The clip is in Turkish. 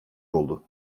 oldu